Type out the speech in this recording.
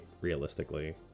realistically